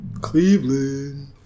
Cleveland